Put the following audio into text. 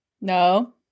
No